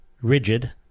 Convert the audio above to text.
rigid